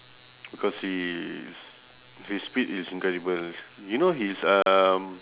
because his his speed is incredible you know his um